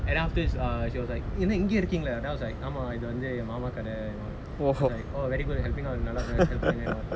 and afterwards err she was like என்ன இங்க இருக்கீங்களா:enna inga irukkeengalaa then I was like ஆமா இது வந்து என் மாமா கடை:aama ithu vanthu en mama kadai and all that or very good helping out and all helping and all